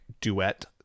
duet